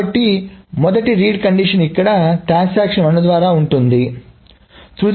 కాబట్టి మొదటి read condition ఇక్కడ ట్రాన్సాక్షన్ 1 ద్వారా ఉంటుంది కాబట్టి ఇది మంచిది